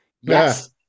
Yes